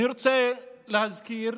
אני רוצה להזכיר